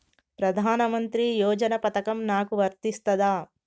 ప్రధానమంత్రి యోజన పథకం నాకు వర్తిస్తదా?